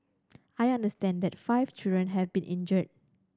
I understand that five children have been injured